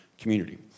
Community